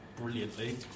brilliantly